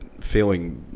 feeling